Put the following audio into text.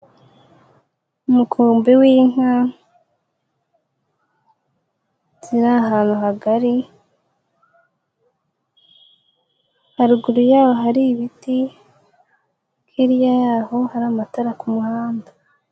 Umukumbi w'inka uri ahantu hagari. Haruguru yawo hari ibiti. Hirya yawo hari amatara ku muhanda.